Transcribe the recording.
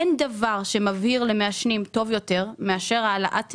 אין דבר שמבהיר למעשנים טוב יותר מאשר העלאת מיסים,